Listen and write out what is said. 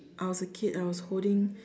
I was a kid I was holding